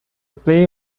play